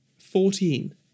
fourteen